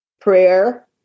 prayer